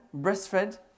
breastfed